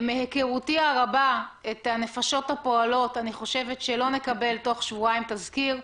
מהיכרותי הרבה את הנפשות הפועלות אני חושבת שלא נקבל תוך שבועיים תזכיר.